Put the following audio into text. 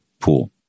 pool